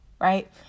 right